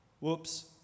Whoops